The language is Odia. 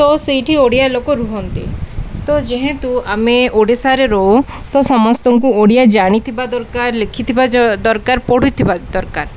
ତ ସେଇଠି ଓଡ଼ିଆ ଲୋକ ରୁହନ୍ତି ତ ଯେହେତୁ ଆମେ ଓଡ଼ିଶାରେ ରହୁ ତ ସମସ୍ତଙ୍କୁ ଓଡ଼ିଆ ଜାଣିଥିବା ଦରକାର ଲେଖିଥିବା ଦରକାର ପଢ଼ୁଥିବା ଦରକାର